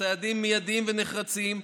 צעדים מיידיים ונחרצים,